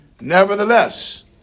Nevertheless